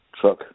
truck